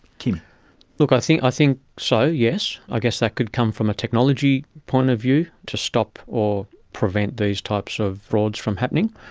look, i think i think so, yes, i guess that could come from a technology point of view, to stop or prevent these types of frauds from happening,